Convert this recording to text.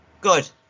Good